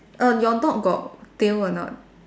err your dog got tail or not